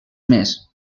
més